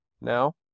now